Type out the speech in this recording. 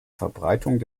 verbreitung